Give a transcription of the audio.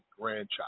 grandchild